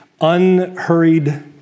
unhurried